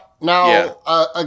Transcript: now